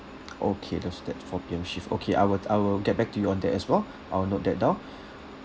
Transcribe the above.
okay those that step four P_M shift okay I will I will get back to you on that as well I will note that down